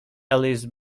ellis